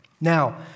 Now